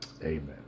Amen